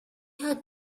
had